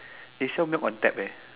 they fill milk on tap eh